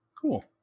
Cool